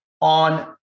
on